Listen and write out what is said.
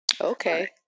Okay